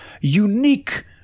unique